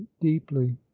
deeply